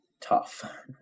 tough